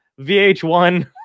VH1